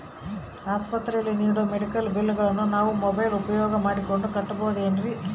ಆಸ್ಪತ್ರೆಯಲ್ಲಿ ನೇಡೋ ಮೆಡಿಕಲ್ ಬಿಲ್ಲುಗಳನ್ನು ನಾವು ಮೋಬ್ಯೆಲ್ ಉಪಯೋಗ ಮಾಡಿಕೊಂಡು ಕಟ್ಟಬಹುದೇನ್ರಿ?